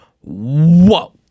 Whoa